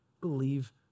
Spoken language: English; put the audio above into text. Believe